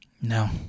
no